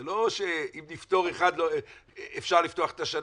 זה לא שאם נפתור אחד אפשר לפתוח את השנה,